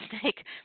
snake